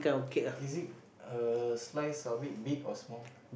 is it a slice of it big or small